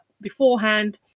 beforehand